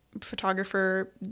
photographer